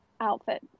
outfit